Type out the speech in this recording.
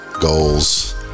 goals